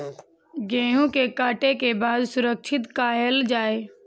गेहूँ के काटे के बाद सुरक्षित कायल जाय?